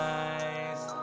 eyes